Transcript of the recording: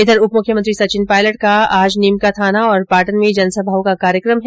इधर उपमुख्यमंत्री सचिन पायलट का आज नीमकाथाना और पाटन में जनसभाओं का कार्यक्रम है